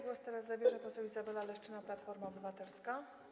Głos zabierze poseł Izabela Leszczyna, Platforma Obywatelska.